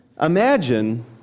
Imagine